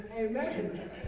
Amen